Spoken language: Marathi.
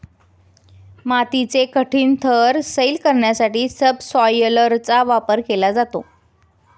मातीचे कठीण थर सैल करण्यासाठी सबसॉयलरचा वापर केला जातो